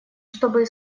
чтобы